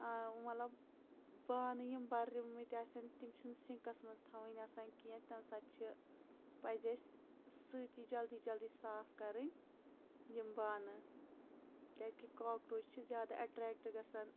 مَطلَب بانہٕ یِم بٔرمِت آسَن تِم چھِ نہٕ سِنٛکَس مَنٛز تھاوٕنۍ آسان کینٛہہ تمہِ ساتہٕ چھِ پَزِ اَسہِ سۭتی جَلدی جَلدی صاف کَرٕنۍ یِم بانہٕ کیازکہِ کراکروچ چھِ زیادٕ اَٹریٚکٹ گَژھان